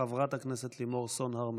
חברת הכנסת לימור סון הר מלך.